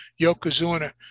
Yokozuna